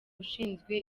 ushinzwe